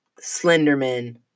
Slenderman